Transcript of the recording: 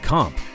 Comp